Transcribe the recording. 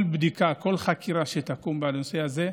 כל בדיקה, כל חקירה שתקום בנושא הזה,